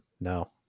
No